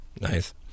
Nice